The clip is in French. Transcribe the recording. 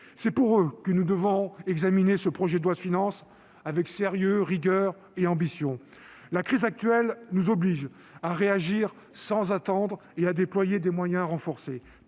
C'est pour eux que nous devons examiner ce projet de loi de finances avec sérieux, rigueur et ambition. La crise actuelle nous oblige à réagir sans attendre et à déployer des moyens renforcés.